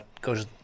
goes